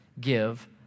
give